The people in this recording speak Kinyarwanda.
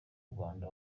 rwanda